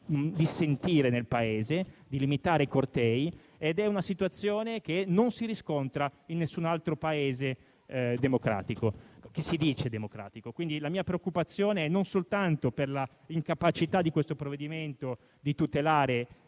dissentire nel Paese, di limitare i cortei. È una situazione che non si riscontra in alcun altro Paese democratico o che si dice tale. La mia preoccupazione è non soltanto per l'incapacità di questo provvedimento di tutelare